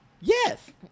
Yes